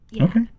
Okay